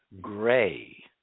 gray